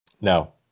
No